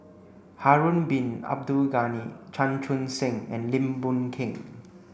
Harun Bin Abdul Ghani Chan Chun Sing and Lim Boon Keng